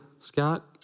Scott